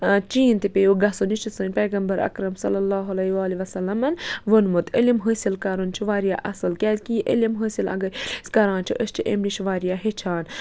چیٖن تہِ پیٚیو گژھُن یہِ چھِ سٲنۍ پیغمبر اکرم صلی اللہُ علیہِ والہِ وَسَلمَن ووٚنمُت علم حٲصِل کَرُن چھِ واریاہ اَصٕل کیٛازِکہِ علم حٲصِل اگر أسۍ کَران چھِ أسۍ چھِ امہِ نِش واریاہ ہیٚچھان